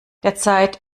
derzeit